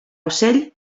ocell